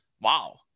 wow